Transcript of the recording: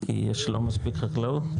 כי יש לא מספיק חקלאות?